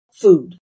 Food